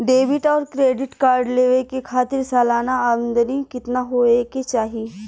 Debit और credit card लेवे के खातिर सलाना आमदनी कितना हो ये के चाही?